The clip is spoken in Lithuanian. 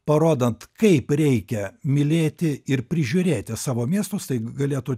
parodant kaip reikia mylėti ir prižiūrėti savo miestus tai galėtų